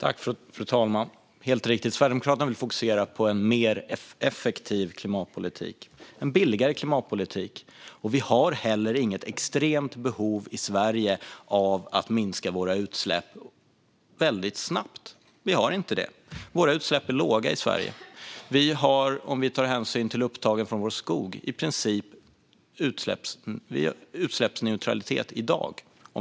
Fru talman! Det är helt riktigt att Sverigedemokraterna vill fokusera på en mer effektiv klimatpolitik - en billigare klimatpolitik. Det finns heller inget extremt behov i Sverige av att minska utsläppen snabbt. Utsläppen är låga i Sverige. Om vi tar hänsyn till alla upptag från vår skog råder i princip utsläppsneutralitet i dag.